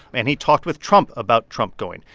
and he talked with trump about trump going.